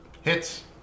Hits